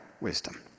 wisdom